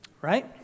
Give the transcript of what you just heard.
right